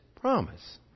promise